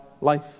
life